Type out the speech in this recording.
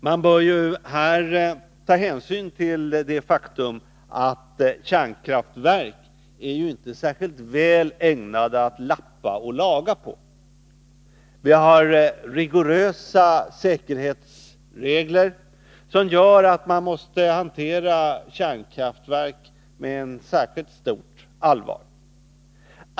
Man bör här ta hänsyn till det faktum att kärnkraftverk inte är särskilt väl ägnade att lappa och laga på. Vi har rigorösa säkerhetsregler, som bygger på att man måste hantera kärnkraftverk med särskilt stort allvar.